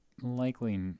likely